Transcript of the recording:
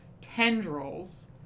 tendrils